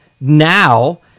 now